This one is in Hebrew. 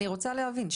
אני רוצה להבין.